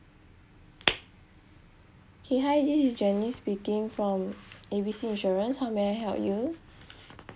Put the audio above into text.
K hi this is janice speaking from A B C insurance how may I help you